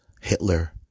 Hitler